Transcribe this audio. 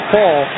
Paul